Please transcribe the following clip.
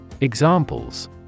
Examples